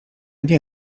nie